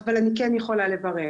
אבל אני כן יכולה לברר.